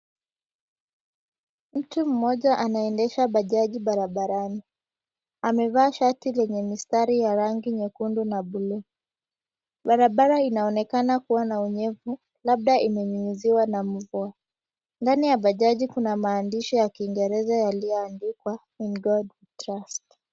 Mtu mmoja anaendesha bajaji barabarani. Amevaa shati lenye mistari ya rangi nyekundu na buluu. Barabara inaonekana kuwa na unyevu labda imenyunyiziwa na mvua. Ndani ya bajaji kuna maandishi ya kiingereza yaliyoandikwa, "In God We Trust".